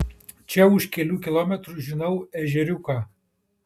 čia už kelių kilometrų žinau ežeriuką